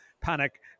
panic